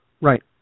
Right